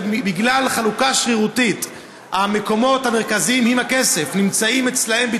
ובגלל חלוקה שרירותית המקומות המרכזיים עם הכסף נמצאים אצלן,